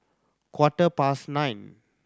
quarter past nine